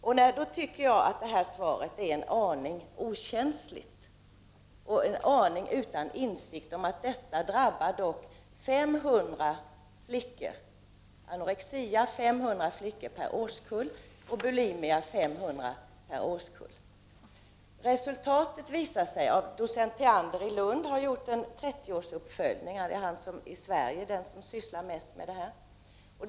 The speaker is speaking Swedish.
Jag tycker att svaret är en aning okänsligt, utan insikt om att 500 flickor per årskull insjuknar i anorexia och 500 i bulimia. Docent Sten Theander i Lund har gjort en 30-årsuppföljning — han är den i Sverige som mest sysslar med dessa sjukdomar.